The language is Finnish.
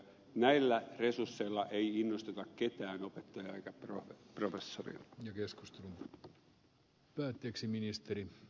näillä resursseilla ei innosteta ketään opettajaa eikä professoria